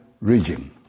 region